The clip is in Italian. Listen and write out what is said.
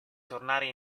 tornare